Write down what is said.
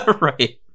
Right